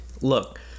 look